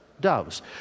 doves